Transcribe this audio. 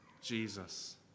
Jesus